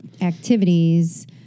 activities